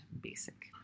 basic